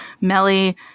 Melly